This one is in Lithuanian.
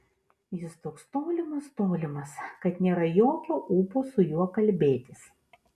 jis toks tolimas tolimas kad nėra jokio ūpo su juo kalbėtis